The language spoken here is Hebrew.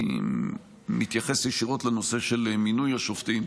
הוא מתייחס ישירות לנושא של מינוי השופטים,